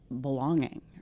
belonging